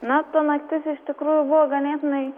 na ta naktis iš tikrųjų buvo ganėtinai